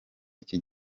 iki